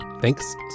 Thanks